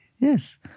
yes